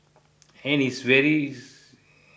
and it's very